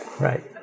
Right